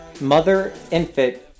mother-infant